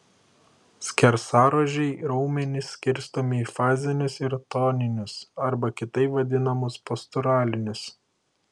skersaruožiai raumenys skirstomi į fazinius ir toninius arba kitaip vadinamus posturalinius